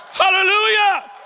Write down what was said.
hallelujah